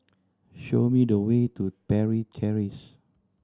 show me the way to Parry Terrace